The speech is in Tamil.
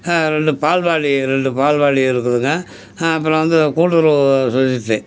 ரெண்டு பால்வாடி ரெண்டு பால்வாடி இருக்குதுங்க அப்புறம் வந்து கூட்டுறவு சொசைட்டி